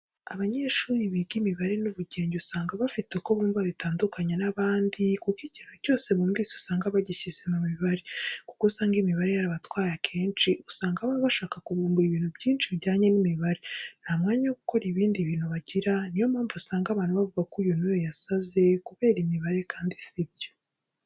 Abanyeshuri biga imibare n'ubugenge usanga bafite uko bumva bitandkanye n'abandi kuko ikintu cyose bumvishe usanga bagishyize mu mibare kuko usanga imibare yarabatwaye akenshi, usanga baba bashaka kuvumbura ibintu byinshi bijyanye n'imibare nta mwanya wo gukora ibindi bintu bagira ni yo mpamvu usanga abantu bavuga ko uyu n'uyu yasaze kubera imibare kandi si byo.